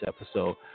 episode